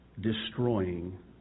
destroying